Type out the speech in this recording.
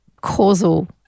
causal